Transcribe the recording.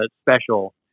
special